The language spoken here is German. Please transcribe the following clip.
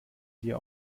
dir